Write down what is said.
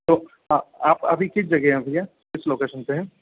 तो आ आप अभी किस जगह हैं भैया किस लोकेशन पर हैं